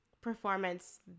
performance